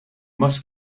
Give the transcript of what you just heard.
must